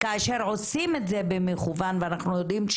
כאשר עושים את זה במכוון ואנחנו יודעים,